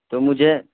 تو مجھے